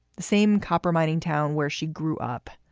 the same copper mining town where she grew up.